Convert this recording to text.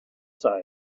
size